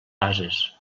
bases